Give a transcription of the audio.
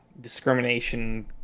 discrimination